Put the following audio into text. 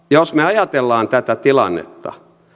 jos me ajattelemme tätä tilannetta